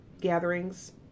gatherings